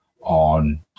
on